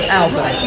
album